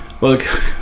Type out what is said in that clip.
look